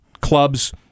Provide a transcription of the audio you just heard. clubs